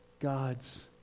God's